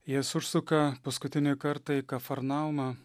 jis užsuka paskutinį kartą į kafarnaumą